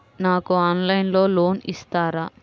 నాకు ఆన్లైన్లో లోన్ ఇస్తారా?